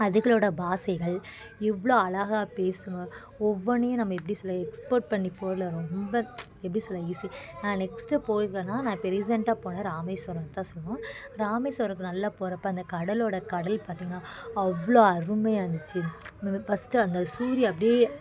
அதுகளோடய பாஷைகள் இவ்வளோ அழகா பேசும் ஒவ்வொன்றையும் நம்ம எப்படி சொல்ல எக்ஸ்போர்ட் பண்ணி போல் ரொம்ப எப்படி சொல்ல ஈசு நான் நெக்ஸ்ட்டு போயிருக்கன்னால் நான் இப்போ ரீசன்ட்டாக போன ராமேஸ்வரம்தான் சொல்லணும் ராமேஸ்வரம் நல்லா போறப்போ அந்த கடலோட கடல் பார்த்தீங்கன்னா அவ்வளோ அருமையாக இருந்துச்சு நம்ம இப்போ ஃபஸ்ட்டு அந்த சூரியன் அப்படே